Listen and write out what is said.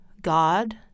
God